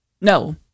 No